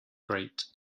grate